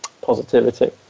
positivity